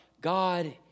God